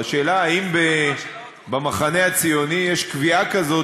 והשאלה היא האם במחנה הציוני יש קביעה כזו,